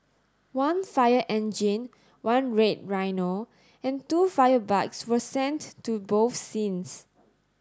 one fire engine one red rhino and two fire bikes were sent to both scenes